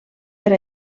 per